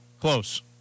Close